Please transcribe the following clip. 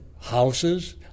houses